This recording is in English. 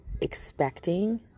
expecting